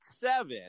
seven